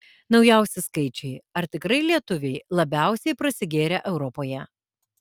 naujausi skaičiai ar tikrai lietuviai labiausiai prasigėrę europoje